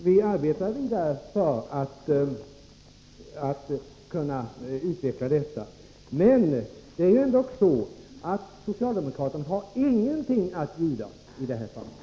Vi arbetar vidare på att kunna utveckla detta system. Socialdemokraterna däremot har ingenting att erbjuda i den vägen.